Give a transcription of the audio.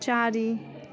चारि